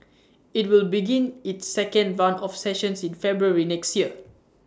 IT will begin its second run of sessions in February next year